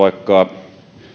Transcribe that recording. vaikka